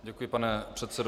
Děkuji, pane předsedo.